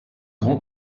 grand